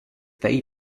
they